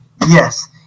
Yes